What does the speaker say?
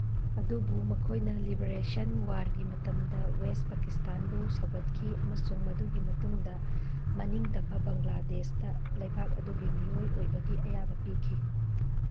ꯑꯗꯨꯕꯨ ꯃꯈꯣꯏꯅ ꯂꯤꯕꯔꯦꯁꯟ ꯋꯥꯔꯒꯤ ꯃꯇꯝꯗ ꯋꯦꯁ ꯄꯀꯤꯁꯇꯥꯟꯕꯨ ꯁꯧꯒꯠꯈꯤ ꯑꯃꯁꯨꯡ ꯃꯗꯨꯒꯤ ꯃꯇꯨꯡꯗ ꯃꯅꯤꯡ ꯇꯝꯕ ꯕꯪꯒ꯭ꯂꯥꯗꯦꯁꯇ ꯂꯩꯕꯥꯛ ꯑꯗꯨꯒꯤ ꯃꯤꯑꯣꯏ ꯑꯣꯏꯕꯒꯤ ꯑꯌꯥꯕ ꯄꯤꯈꯤ